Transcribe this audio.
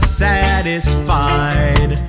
satisfied